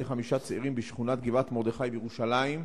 חמישה צעירים בשכונת גבעת-מרדכי בירושלים.